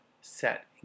Set